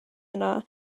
yna